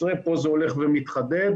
פה זה הולך ומתחדד,